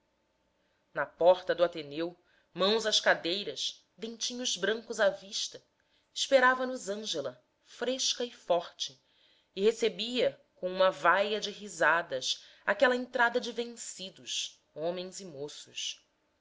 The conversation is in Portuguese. no portão do ateneu mãos às cadeiras dentinhos brancos à vista esperava nos ângela fresca e forte e recebia com uma vaia de risadas aquela entrada de vencidos homens e moços